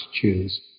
choose